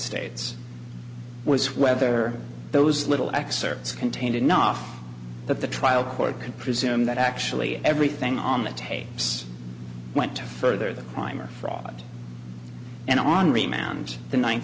states was whether those little excerpts contained enough that the trial court can presume that actually everything on the tapes went to further the crime or fraud and on remand the ninth